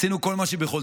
עשינו כל מה שביכולתנו